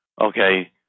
Okay